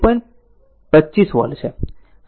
25 volt છે